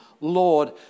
Lord